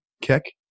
kick